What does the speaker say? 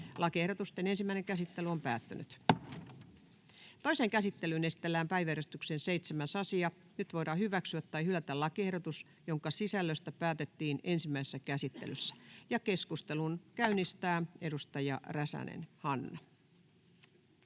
muuttamisesta Time: N/A Content: Toiseen käsittelyyn esitellään päiväjärjestyksen 7. asia. Nyt voidaan hyväksyä tai hylätä lakiehdotus, jonka sisällöstä päätettiin ensimmäisessä käsittelyssä. — Keskustelun käynnistää edustaja Räsänen, Hanna.